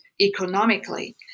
economically